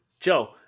Joe